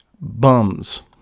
bums